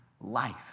life